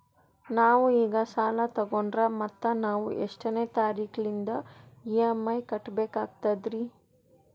ನಾವು ಈಗ ಸಾಲ ತೊಗೊಂಡ್ರ ಮತ್ತ ನಾವು ಎಷ್ಟನೆ ತಾರೀಖಿಲಿಂದ ಇ.ಎಂ.ಐ ಕಟ್ಬಕಾಗ್ತದ್ರೀ?